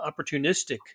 opportunistic